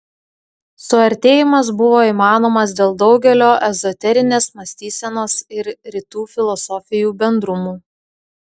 suartėjimas buvo įmanomas dėl daugelio ezoterinės mąstysenos ir rytų filosofijų bendrumų